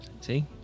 See